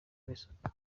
lesotho